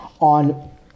on